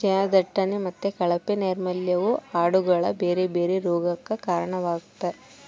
ಜನದಟ್ಟಣೆ ಮತ್ತೆ ಕಳಪೆ ನೈರ್ಮಲ್ಯವು ಆಡುಗಳ ಬೇರೆ ಬೇರೆ ರೋಗಗಕ್ಕ ಕಾರಣವಾಗ್ತತೆ